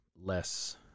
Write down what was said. less